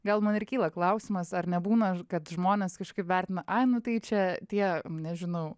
gal man ir kyla klausimas ar nebūna kad žmonės kažkaip vertina ai nu tai čia tie nežinau